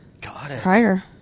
prior